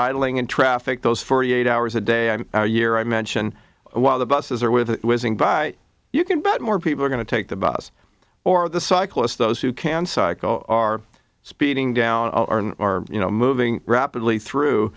idling in traffic those forty eight hours a day i year i mention while the buses are with whizzing by you can bet more people are going to take the bus or the cyclists those who can cycle are speeding down or you know moving rapidly through